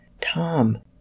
Tom